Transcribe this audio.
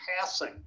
passing